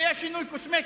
זה שינוי קוסמטי.